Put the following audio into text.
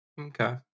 Okay